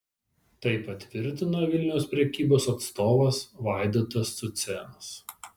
tai patvirtino vilniaus prekybos atstovas vaidotas cucėnas